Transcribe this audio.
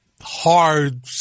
hard